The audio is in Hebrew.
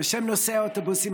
על תשובות כאלו אני תמיד שמח.